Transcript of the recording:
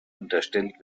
unterstellt